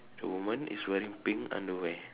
the woman is wearing pink underwear